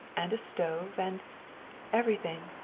and a stove, and everything.